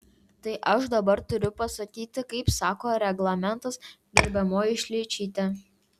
tai aš dabar turiu pasakyti kaip sako reglamentas gerbiamoji šličyte